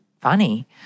funny